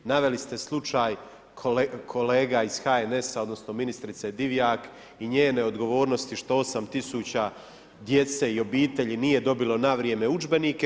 Naveli ste slučaj kolega iz HNS-a odnosno ministrice Divjak i njene odgovornosti što 8000 djece i obitelji nije dobilo na vrijeme udžbenike.